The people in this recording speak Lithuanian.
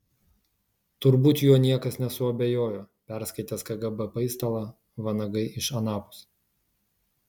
turbūt juo niekas nesuabejojo perskaitęs kgb paistalą vanagai iš anapus